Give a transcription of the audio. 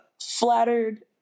flattered